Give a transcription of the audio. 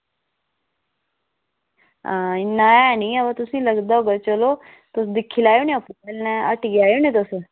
इन्ना ऐ निं ऐ बाऽ तुसेंगी लगदा होगा चलो तुस दिक्खी लैयो नी अपने हट्टिया आई लैयो नी तुस